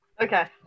okay